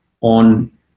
on